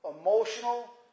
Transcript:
emotional